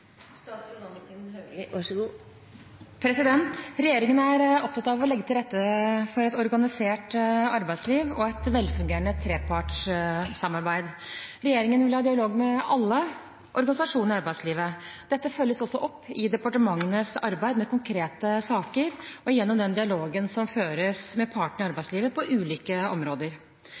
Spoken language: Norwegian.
Regjeringen er opptatt av å legge til rette for et organisert arbeidsliv og et velfungerende trepartssamarbeid. Regjeringen vil ha dialog med alle organisasjonene i arbeidslivet. Dette følges også opp i departementenes arbeid med konkrete saker og gjennom den dialogen som føres med partene i arbeidslivet på ulike områder.